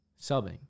Subbing